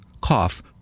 cough